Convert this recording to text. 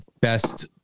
best